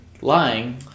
lying